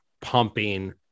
pumping